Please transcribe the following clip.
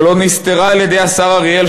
שלא נסתרה על-ידי השר אריאל,